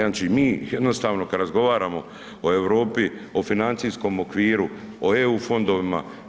Znači mi jednostavno kada razgovaramo o Europi, o financijskom okviru, o eu fondovima.